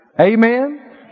Amen